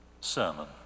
sermon